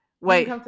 wait